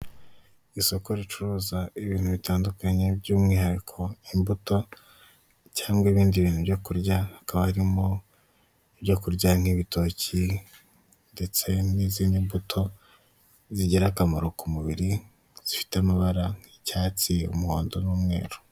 Inzu isize amabara y'umweru, aho irimo ubucuruzi butandukanye, aho harimo ubucuruzi bw'imyenda n'ibikapu, ndetse imbere yaho hari imodoka iparitse, aho ahantu aho hantu bashobora kuza guhaha ibintu bitandukanye.